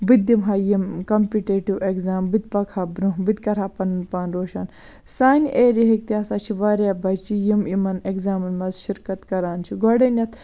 بہٕ تہٕ دِمہٕ ہا یِم کَمپِٹیٹِو ایٚگزام بہٕ تہِ پَکہٕ ہا برونٛہہ بہٕ تہِ کَرٕ ہا پَنُن پان روشَن سانہِ ایریا ہٕکۍ تہِ ہَسا چھِ واریاہ بَچہٕ یِم یِمَن ایٚگزامَن مَنٛز شِرکَت کَران چھِ گۄڈٕنیٚتھ